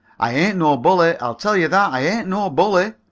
i ain't no bully, i'll tell you that, i ain't no bully.